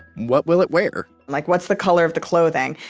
what will it wear? like what's the color of the clothing?